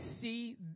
see